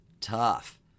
tough